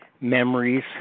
memories